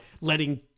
letting